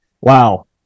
wow